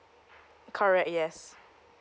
correct yes